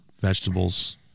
vegetables